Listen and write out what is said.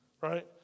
Right